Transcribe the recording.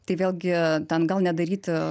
tai vėlgi ten gal nedaryti